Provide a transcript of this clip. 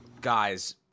guys